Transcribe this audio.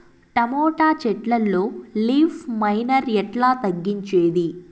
Tomato చెట్లల్లో leaf miner ఎట్లా తగ్గించేది?